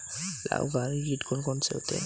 लाभकारी कीट कौन कौन से होते हैं?